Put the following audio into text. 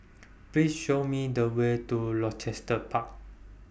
Please Show Me The Way to Rochester Park